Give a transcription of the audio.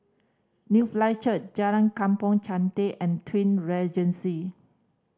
Newlife Church Jalan Kampong Chantek and Twin Regency